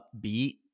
upbeat